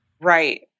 Right